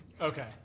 Okay